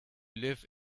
live